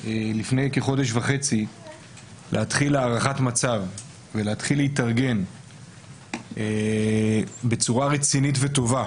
לפני כחודש וחצי להתחיל הערכת מצב ולהתחיל להתארגן בצורה רצינית וטובה